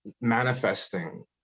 manifesting